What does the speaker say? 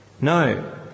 No